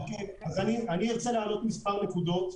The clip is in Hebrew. אוקיי, אז אני ארצה להעלות מספר נקודות,